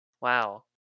Wow